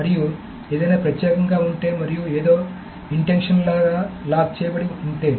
మరియు ఏదైనా ప్రత్యేకంగా ఉంటే మరియు ఏదో ఇంటెన్షనల్ గా లాక్ చేయబడి ఉంటే